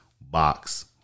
Box